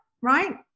Right